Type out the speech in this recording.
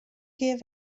kear